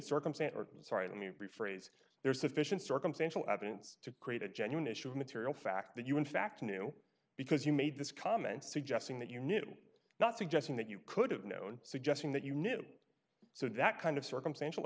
circumstance or sorry let me rephrase there is sufficient circumstantial evidence to create a genuine issue of material fact that you in fact knew because you made this comment suggesting that you knew not suggesting that you could have known suggesting that unit so that kind of circumstantial